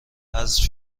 حذف